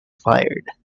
fired